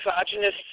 Exogenous